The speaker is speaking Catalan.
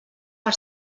per